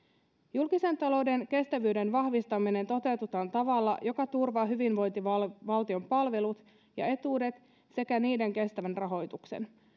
julkisen talouden kestävyyden vahvistaminen toteutetaan tavalla joka turvaa hyvinvointivaltion palvelut ja etuudet sekä niiden kestävän rahoituksen